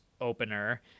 opener